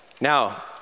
Now